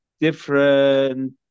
different